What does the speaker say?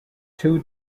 two